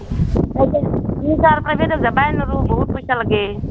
প্ৰাইভেটত যাবই নোৱাৰোঁ বহুত পইচা লাগে